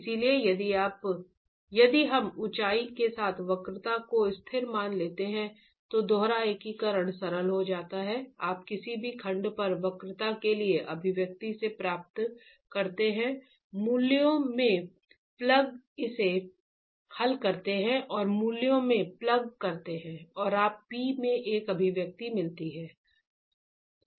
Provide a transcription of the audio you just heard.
इसलिए यदि हम ऊंचाई के साथ वक्रता को स्थिर मान लेते हैं तो दोहरा एकीकरण सरल हो जाता है आप किसी भी खंड पर वक्रता के लिए अभिव्यक्ति से प्राप्त करते हैं मूल्यों में प्लग इसे हल करते हैं और मूल्यों में प्लग करते हैं और आपको P में एक अभिव्यक्ति मिलती है